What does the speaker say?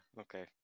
okay